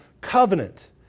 covenant